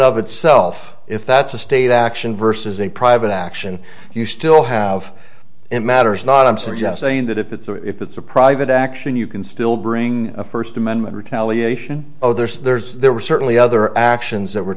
of itself if that's a state action versus a private action you still have it matters not i'm suggesting that if it's there if it's a private action you can still bring a first amendment retaliation oh there's there were certainly other actions that were